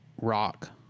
Rock